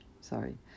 Sorry